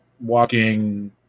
walking